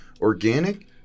organic